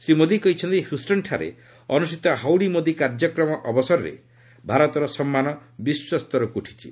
ଶ୍ରୀ ମୋଦି କହିଛନ୍ତି ହ୍ୟୁଷ୍ଟନ୍ଠାରେ ଅନୁଷ୍ଠିତ 'ହାଉଡି ମୋଦି' କାର୍ଯ୍ୟକ୍ରମ ଅବସରରେ ଭାରତର ସମ୍ମାନ ବିଶ୍ୱସ୍ତରକୁ ଉଠିଛି